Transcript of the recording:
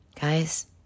Guys